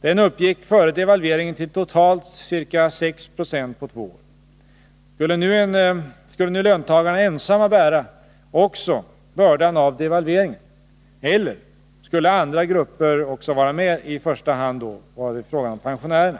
Den uppgick före devalveringen till totalt ca 6 20 på två år. Skulle nu löntagarna ensamma bära också bördan av devalveringen, eller skulle andra grupper också vara med — i första hand pensionärerna?